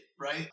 Right